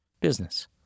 business